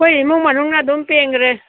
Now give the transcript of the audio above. ꯑꯩꯈꯣꯏ ꯏꯃꯨꯡ ꯃꯅꯨꯡꯅ ꯑꯗꯨꯝ ꯄꯦꯡꯈ꯭ꯔꯦ